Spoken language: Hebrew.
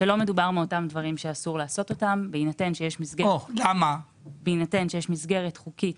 שלא מדובר באותם דברים שאסור לעשות אותם בהינתן שיש מסגרת חוקית